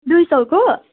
दुई सयको